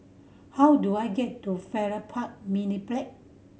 how do I get to Farrer Park Mediplex